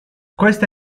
questa